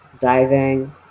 diving